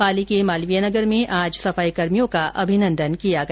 पाली के मालवीय नगर में आज सफाइकर्मियों का अभिनंदन किया गया